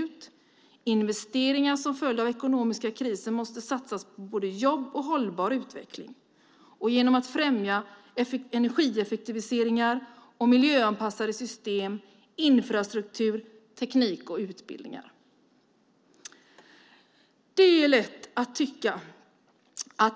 Det står också: Investeringar som följd av den ekonomiska krisen måste satsas på både jobb och hållbar utveckling genom att främja energieffektiviseringar och miljöanpassade system, infrastruktur, teknik och utbildningar. Det är lätt att tycka: